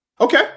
Okay